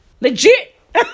Legit